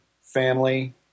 family